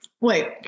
Wait